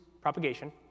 propagation